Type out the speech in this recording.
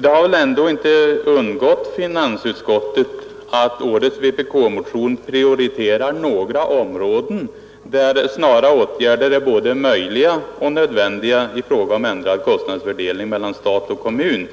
Det har väl ändå inte undgått finansutskottet att årets vpk-motion prioriterar några områden där snara åtgärder är både möjliga och nödvändiga i fråga om ändrad kostnadsfördelning mellan stat och kommun.